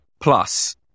plus